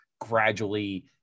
gradually